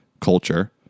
culture